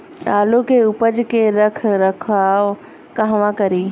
आलू के उपज के रख रखाव कहवा करी?